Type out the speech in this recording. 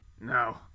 No